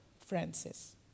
Francis